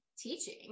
teaching